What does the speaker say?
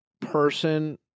person